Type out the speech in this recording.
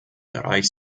bereich